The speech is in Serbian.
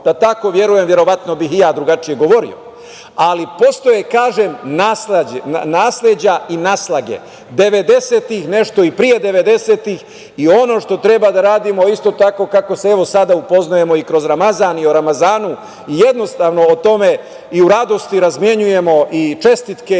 da tako verujem verovatno bih i ja drugačije govorio, ali postoje nasleđa i naslage, devedesetih i pre devedesetih, ono što treba da radimo isto tako kako se, evo sada upoznajemo i kroz Ramazan, i o Ramazanu, jednostavno o tome i u radosti razmenjujemo i čestitke